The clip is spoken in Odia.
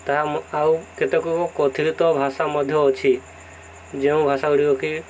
ତାହା ଆଉ କେତେକ କଥିତ ଭାଷା ମଧ୍ୟ ଅଛି ଯେଉଁ ଭାଷାଗୁଡ଼ିକ କି